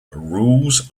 rules